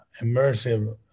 immersive